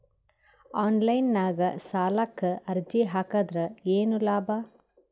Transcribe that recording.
Online ನಾಗ್ ಸಾಲಕ್ ಅರ್ಜಿ ಹಾಕದ್ರ ಏನು ಲಾಭ?